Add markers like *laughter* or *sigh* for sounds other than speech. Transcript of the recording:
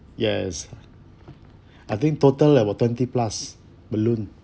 yes *breath* I think total are with twenty plus balloon